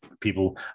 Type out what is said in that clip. people